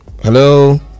Hello